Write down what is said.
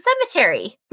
cemetery